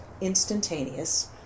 instantaneous